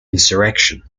insurrection